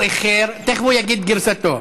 הוא איחר, תכף הוא יגיד גרסתו.